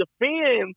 defend